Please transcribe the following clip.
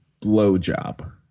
blowjob